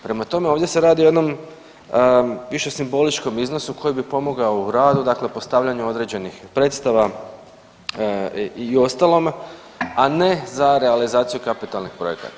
Prema tome, ovdje se radi o jednom više simboličkom iznosu koji bi pomogao u radu, dakle postavljanje određenih predstava i ostalome, a ne za realizaciju kapitalnih projekata.